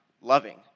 loving